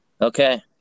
Okay